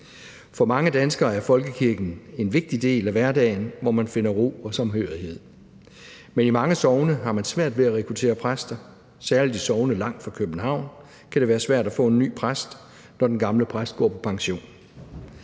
For mange danskere er folkekirken en vigtig del af hverdagen, hvor man finder ro og samhørighed, men i mange sogne har man svært ved at rekruttere præster. Særlig i sogne langt fra København kan det være svært at få en ny præst, når den gamle præst går på pension.